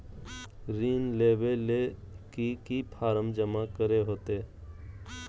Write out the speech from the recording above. ऋण लेबे ले की की फॉर्म जमा करे होते?